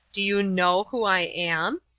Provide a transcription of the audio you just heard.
do you know who i am?